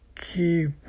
keep